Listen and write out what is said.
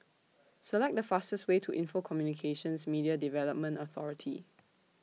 Select The fastest Way to Info Communications Media Development Authority